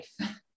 life